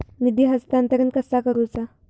निधी हस्तांतरण कसा करुचा?